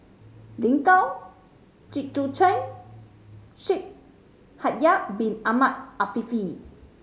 Lin Gao Jit Koon Ch'ng and Shaikh Yahya Bin Ahmed Afifi